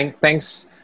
Thanks